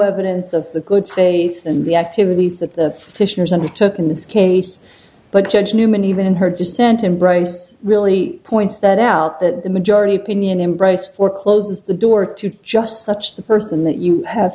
evidence of the good faith and the activities that the titians and it took in this case but judge newman even in her dissent embrace really points that out that the majority opinion embrace for closes the door to just such the person that you have